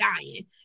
dying